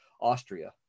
Austria